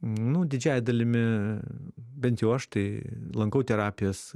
nu didžiąja dalimi bent jau aš tai lankau terapijas